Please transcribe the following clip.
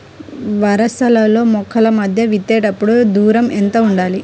వరసలలో మొక్కల మధ్య విత్తేప్పుడు ఎంతదూరం ఉండాలి?